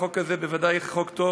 החוק הזה בוודאי חוק טוב,